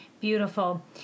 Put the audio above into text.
Beautiful